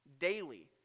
Daily